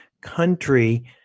country